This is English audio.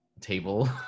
table